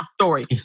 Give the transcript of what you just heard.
story